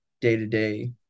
day-to-day